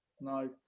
No